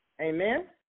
Amen